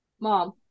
Mom